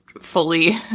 fully